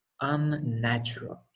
unnatural